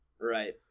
Right